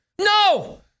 No